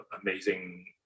amazing